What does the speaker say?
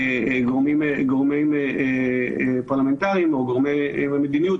גורמים פרלמנטריים או גורמי מדיניות,